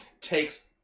takes